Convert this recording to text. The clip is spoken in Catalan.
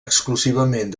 exclusivament